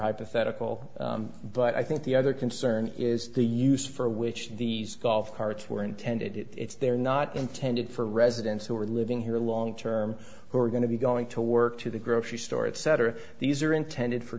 hypothetical but i think the other concern is the use for which these golf carts were intended it's they're not intended for residents who are living here long term who are going to be going to work to the grocery store etc these are intended for